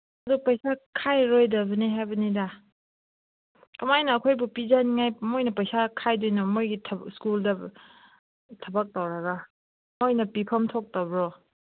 ꯑꯗꯨ ꯄꯩꯁꯥ ꯈꯥꯏꯔꯣꯏꯗꯕꯅꯦ ꯍꯥꯏꯕꯅꯤꯗ ꯀꯃꯥꯏꯅ ꯑꯩꯈꯣꯏꯕꯨ ꯄꯤꯖꯅꯤꯉꯥꯏ ꯃꯣꯏꯅ ꯄꯩꯁꯥ ꯈꯥꯏꯗꯣꯏꯅꯣ ꯃꯣꯏꯒꯤ ꯁ꯭ꯀꯨꯜꯗ ꯊꯕꯛ ꯇꯧꯔꯒ ꯃꯣꯏꯅ ꯄꯤꯐꯝ ꯊꯣꯛꯇꯕ꯭ꯔꯣ